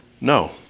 No